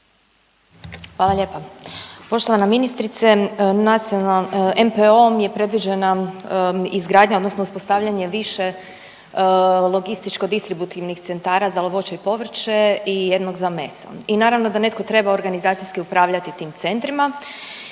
Hvala lijepa. Poštovana ministrice, NPO-om je predviđena izgradnja odnosno uspostavljanje više logističko-distributivnih centara za voće i povrće i jednog za meso i naravno da netko treba organizacijski upravljati tim centrima.